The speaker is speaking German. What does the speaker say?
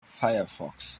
firefox